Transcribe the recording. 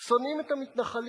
שונאים את המתנחלים,